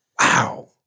Wow